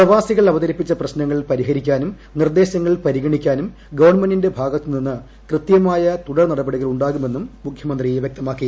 പ്രവാസികൾ അപ്പത്രിപ്പിച്ച പ്രശ്നങ്ങൾ പരിഹരിക്കാനും നിർദ്ദേശങ്ങൾ പരിഗണിക്കാന്ദും ഗവൺമെന്റിന്റെ ഭാഗത്ത് നിന്ന് കൃത്യമായ തുടർ നടപടികൾ ഉണ്ടാകുമെന്നും മുഖ്യമന്ത്രി വൃക്തമാക്കി